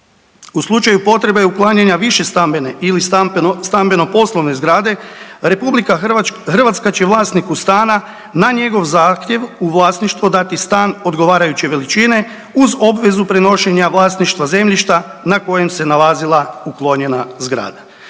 U slučaju potrebe uklanjanja višestambene ili stambeno-poslovne zgrade RH će vlasniku stana na njegov zahtjev u vlasništvo dati stan odgovarajuće veličine uz obvezu prenošenja vlasništva zemljišta na kojem se nalazila uklonjena zgrada.